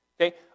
Okay